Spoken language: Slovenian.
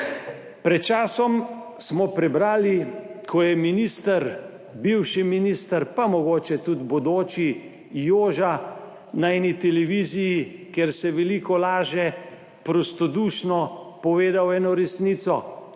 Pred časom smo prebrali, ko je minister, bivši minister, pa mogoče tudi bodoči, Joža na eni televiziji, kjer se veliko laže, prostodušno povedal eno resnico: